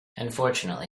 unfortunately